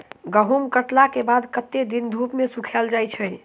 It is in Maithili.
गहूम कटला केँ बाद कत्ते दिन धूप मे सूखैल जाय छै?